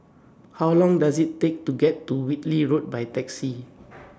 How Long Does IT Take to get to Whitley Road By Taxi